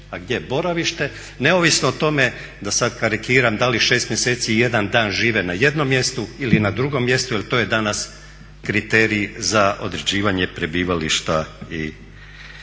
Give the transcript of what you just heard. a gdje boravište, neovisno o tome da sad karikiram, da li 6 mjeseci 1 dan žive na jednom mjestu ili na drugom mjestu jer to je danas kriterij za određivanje prebivališta. To nije